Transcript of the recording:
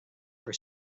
for